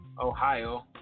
Ohio